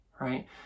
right